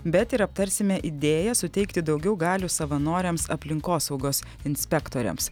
bet ir aptarsime idėją suteikti daugiau galių savanoriams aplinkosaugos inspektoriams